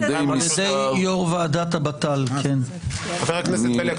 על ידי יו"ר ועדת ה- -- חבר הכנסת בליאק,